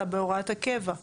אלא בהוראת הקבע.